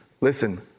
Listen